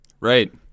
Right